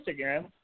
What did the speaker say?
Instagram